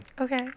okay